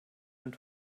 and